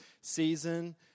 season